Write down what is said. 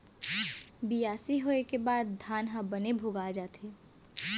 बियासी होय के बाद धान ह बने भोगा जाथे